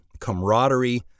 camaraderie